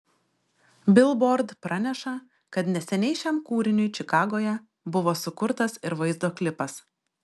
bilbord praneša kad neseniai šiam kūriniui čikagoje buvo sukurtas ir vaizdo klipas